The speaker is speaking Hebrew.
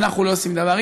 ואנחנו לא עושים דבר.